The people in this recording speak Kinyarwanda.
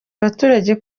abaturage